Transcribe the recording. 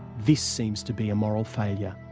this seems to be a moral failure